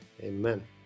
amen